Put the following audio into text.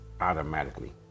Automatically